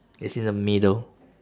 it's in the middle